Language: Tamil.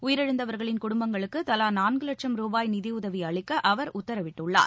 உயிரிழந்தவர்களின் குடும்பங்களுக்கு தவா நான்கு வட்சும் ரூபாய் நிதி உதவி அளிக்க அவர் உத்தரவிட்டுள்ளார்